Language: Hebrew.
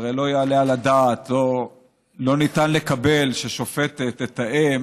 הרי לא יעלה על הדעת, לא ניתן לקבל, ששופטת תתאם